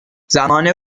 زمان